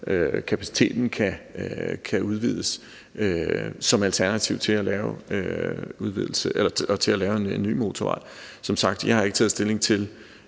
kapaciteten kan udvides som alternativ til at lave en ny motorvej. Som sagt har jeg ikke taget stilling til,